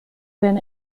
been